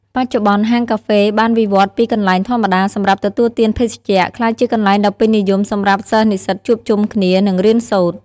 បច្ចុប្បន្ន ហាងកាហ្វេបានវិវត្តន៍ពីកន្លែងធម្មតាសម្រាប់ទទួលទានភេសជ្ជៈ ក្លាយជាកន្លែងដ៏ពេញនិយមសម្រាប់សិស្សនិស្សិតជួបជុំគ្នា និងរៀនសូត្រ។